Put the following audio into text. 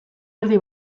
erdi